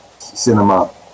cinema